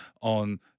on